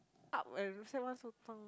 up and why so